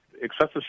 excessive